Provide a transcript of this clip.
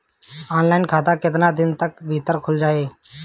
Online खाता केतना दिन के भीतर ख़ुल जाई?